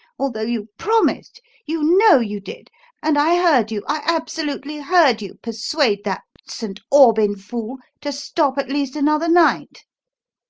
although you promised you know you did and i heard you, i absolutely heard you persuade that st. aubyn fool to stop at least another night.